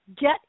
get